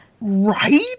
Right